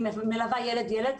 היא מלווה ילד-ילד.